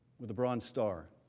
with a bronze star